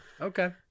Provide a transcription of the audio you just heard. Okay